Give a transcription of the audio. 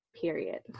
period